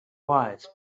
wise